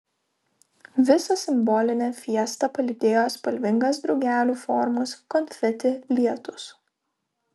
visą simbolinę fiestą palydėjo spalvingas drugelių formos konfeti lietus